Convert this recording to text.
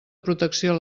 protecció